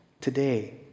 today